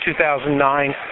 2009